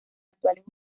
actuales